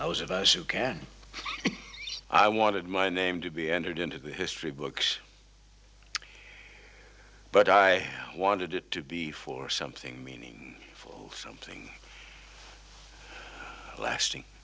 i was of us who can i wanted my name to be entered into the history books but i wanted it to be for something meaning full something lasting